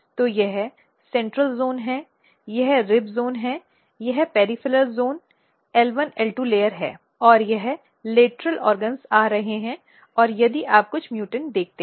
तो यह सेंट्रल ज़ोनcentral zone है यह रिब ज़ोन है यह peripheral zone L1 L2 layer है और यह लेटरल ऑर्गन्सआ रहे हैं और यदि आप कुछ म्यूटेंट देखते हैं